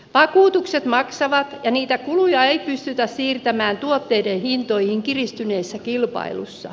vakuutukset maksavat ja niitä kuluja ei pystytä siirtämään tuotteiden hintoihin kiristyneessä kilpailussa